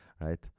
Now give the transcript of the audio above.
right